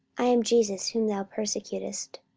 i am jesus whom thou persecutest.